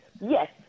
Yes